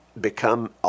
become